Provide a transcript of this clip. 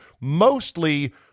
mostly